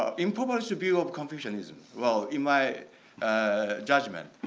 ah improper so view of confucianism. well, in my judgment.